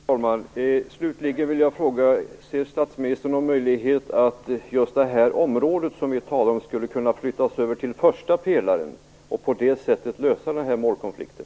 Fru talman! Slutligen vill jag fråga: Ser statsministern någon möjlighet att just det här området som vi talar om flyttas över till första pelaren och att målkonflikten på det sättet löses?